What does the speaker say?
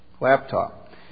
laptop